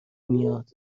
میاد